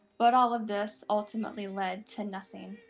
but all of this ultimately lead to nothing.